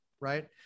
right